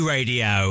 Radio